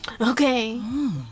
Okay